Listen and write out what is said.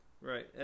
Right